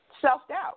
self-doubt